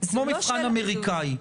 כמו מבחן אמריקאי?